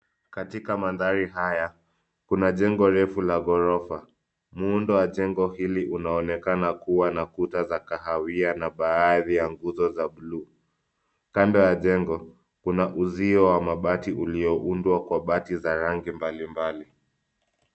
Katika mandhari haya kuna jengo refu la ghorofa. Muundo wa jengo hilo unaonekana kuwa na kuta za kahawia na baadhi ya nguzo za bluu. Kando ya jengo kuna uzio wa mabati ulioundwa kwa bati za rangi mbalimbali.